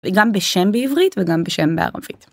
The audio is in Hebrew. וגם בשם בעברית וגם בשם בערבית.